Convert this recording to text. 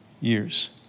years